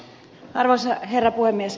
arvoisa herra puhemies